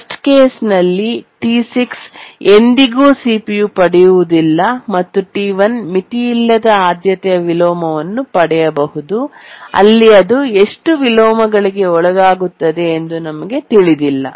worst ಕೇಸ್ನಲ್ಲಿ T6 ಎಂದಿಗೂ CPU ಪಡೆಯುವುದಿಲ್ಲ ಮತ್ತು T1 ಮಿತಿಯಿಲ್ಲದ ಆದ್ಯತೆಯ ವಿಲೋಮನ್ನು ಪಡೆಯಬಹುದು ಅಲ್ಲಿ ಅದು ಎಷ್ಟು ವಿಲೋಮಗಳಿಗೆ ಒಳಗಾಗುತ್ತದೆ ಎಂದು ನಮಗೆ ತಿಳಿದಿಲ್ಲ